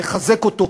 לחזק אותו.